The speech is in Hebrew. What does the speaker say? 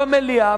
במליאה,